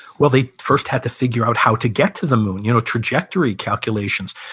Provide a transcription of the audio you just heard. well they first had to figure out how to get to the moon. you know, trajectory calculations.